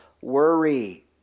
worry